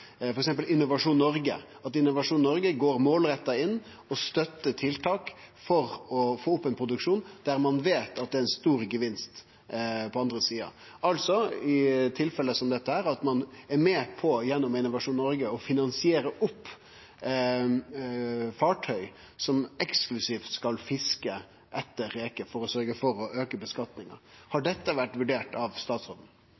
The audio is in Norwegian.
at Innovasjon Noreg går målretta inn og støttar tiltak for å få opp ein produksjon der ein veit at det er ein stor gevinst på den andre sida – altså at ein i tilfelle som dette, gjennom Innovasjon Noreg, er med på å finansiere opp fartøy som eksklusivt skal fiske etter reker, for å sørgje for